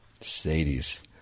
Sadie's